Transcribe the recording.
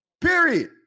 period